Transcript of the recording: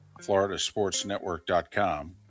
floridasportsnetwork.com